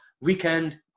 Weekend